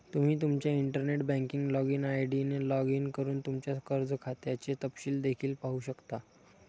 तुम्ही तुमच्या internet banking login ID ने लॉग इन करून तुमच्या कर्ज खात्याचे तपशील देखील पाहू शकता